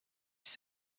your